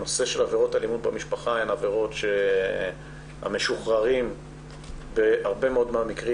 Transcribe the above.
עבירות אלימות במשפחה הן עבירות שהמשוחררים בהרבה מאוד מהמקרים